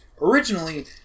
Originally